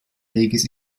reges